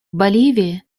боливии